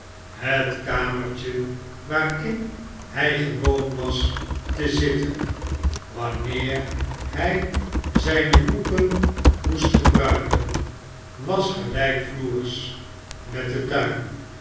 het kamertje waarin hij gewoon was te zitten wanneer hij zijne boeken moest gebruiken was gelijkvloers met den tuin